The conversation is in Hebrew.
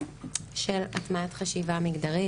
הטמעת חשיבה מגדרית,